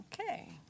Okay